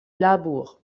labour